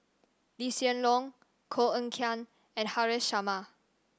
Lee Hsien Loong Koh Eng Kian and Haresh Sharma